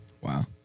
Wow